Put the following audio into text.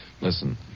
Listen